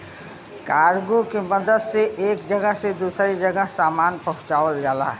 cargo के मदद से एक जगह से दूसरे जगह सामान पहुँचावल जाला